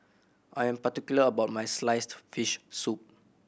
I am particular about my sliced fish soup